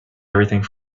everything